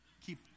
keep